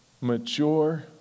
mature